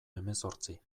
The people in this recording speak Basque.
hemezortzi